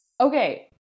Okay